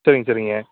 சரிங்க சரிங்க